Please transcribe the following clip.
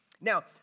Now